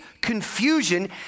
confusion